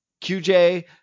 qj